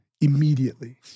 immediately